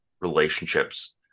relationships